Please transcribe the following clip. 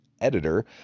editor